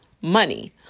money